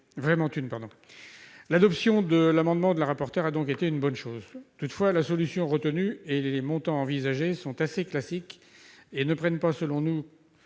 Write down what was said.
vraiment une. L'adoption de l'amendement de la rapporteure a donc été une bonne chose. Toutefois, la solution retenue et les montants envisagés sont assez classiques et ne tiennent pas compte, selon nous,